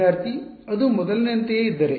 ವಿದ್ಯಾರ್ಥಿ ಅದು ಮೊದಲಿನಂತೆಯೇ ಇದ್ದರೆ